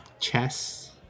chess